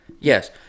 yes